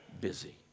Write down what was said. busy